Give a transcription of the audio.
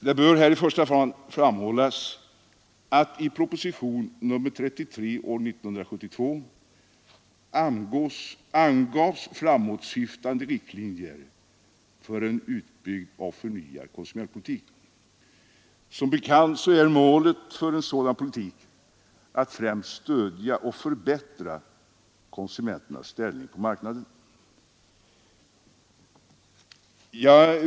Det bör här i första hand framhållas att i proposition nr 33 år 1972 angavs framåtsyftande riktlinjer för en utbyggd och förnyad konsumentpolitik. Som bekant är målet för en sådan politik att främst stödja och förbättra konsumen ternas ställning på marknaden.